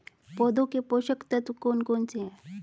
पौधों के पोषक तत्व कौन कौन से हैं?